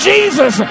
Jesus